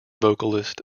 vocalist